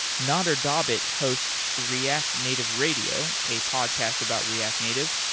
nader dabit hosts react native radio, a podcast about react native.